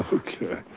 ah okay.